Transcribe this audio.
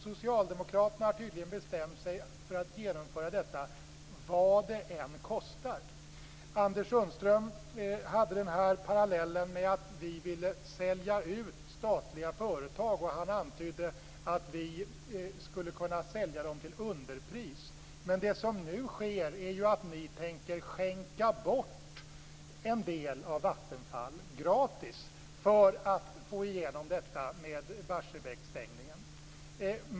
Socialdemokraterna har tydligen bestämt sig för att genomföra detta vad det än kostar. Anders Sundström drog parallellen med att vi ville sälja ut statliga företag. Han antydde att vi skulle kunna sälja dem till underpris. Men det som nu sker är ju att ni tänker skänka bort en del av Vattenfall gratis för att få igenom stängningen av Barsebäck.